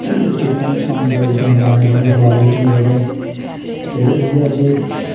चिड़ियां नकसान करुदियां दाने शाने खलारुड़ दियां जेह्ड़े ते इ'यै कि